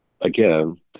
again